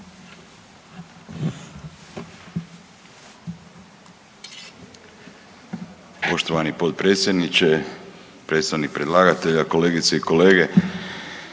Poštovani potpredsjedniče, predstavnik predlagatelja, kolegice i kolege.